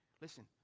Listen